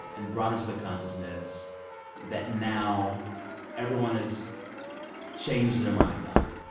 and brought into the consciousness that now everyone has changed their mind on,